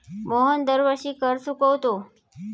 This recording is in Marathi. मोहन दरवर्षी कर चुकवतो